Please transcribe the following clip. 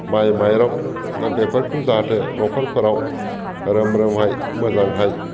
माइ माइरं बेफोरखौ जाहाथे न'खरफोराव रोम रोमै मोजांहै